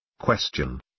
Question